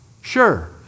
Sure